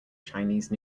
chinese